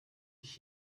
ich